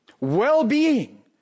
well-being